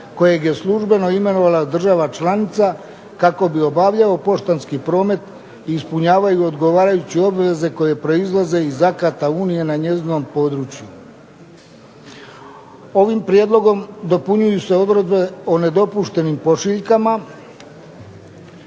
kojeg je službeno imenovala država članica kako bi obavljao poštanski promet i ispunjavao odgovarajuće obveze koje proizlaze iz akata unije na njezinom području. Ovim prijedlogom dopunjuju se odredbe o nedopuštenim pošiljkama,